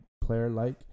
player-like